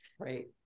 great